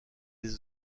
des